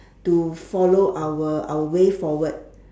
to follow our our way forward